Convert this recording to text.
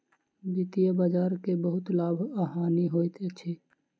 वित्तीय बजार के बहुत लाभ आ हानि होइत अछि